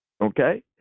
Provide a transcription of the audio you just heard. Okay